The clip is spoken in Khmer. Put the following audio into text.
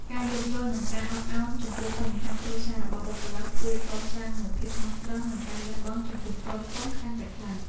ការយល់យោគនិងការអត់ឱនចំពោះបញ្ហាគ្រួសាររបស់បុគ្គលិក ជួយកសាងនូវភាពស្មោះត្រង់និងការលះបង់ចំពោះក្រុមហ៊ុនកាន់តែខ្លាំង។